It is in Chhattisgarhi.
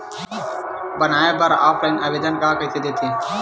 बनाये बर ऑफलाइन आवेदन का कइसे दे थे?